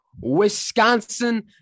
Wisconsin